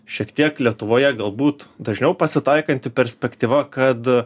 šiek tiek lietuvoje galbūt dažniau pasitaikanti perspektyva kad